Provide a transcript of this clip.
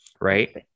right